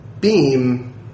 beam